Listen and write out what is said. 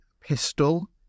pistol